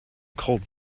cold